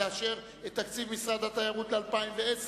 המסחר והתעסוקה.